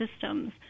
systems